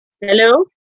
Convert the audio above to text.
Hello